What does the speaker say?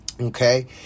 Okay